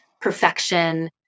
perfection